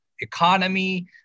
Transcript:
economy